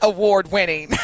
Award-winning